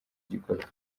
gikorwa